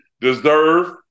deserve